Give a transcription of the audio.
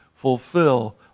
fulfill